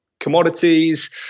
commodities